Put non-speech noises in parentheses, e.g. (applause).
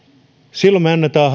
silloin me annamme (unintelligible)